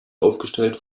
aufgestellt